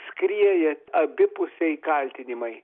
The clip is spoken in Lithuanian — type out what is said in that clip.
skrieja abipusiai kaltinimai